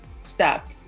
step